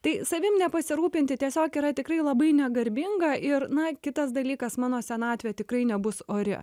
tai savim nepasirūpinti tiesiog yra tikrai labai negarbinga ir na kitas dalykas mano senatvė tikrai nebus ori